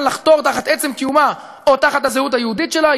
לחתור תחת עצם קיומה או תחת הזהות היהודית שלה,